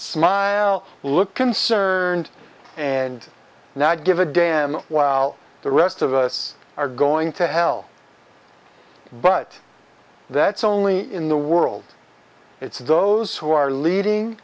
smile look concerned and not give a damn while the rest of us are going to hell but that's only in the world it's those who are leading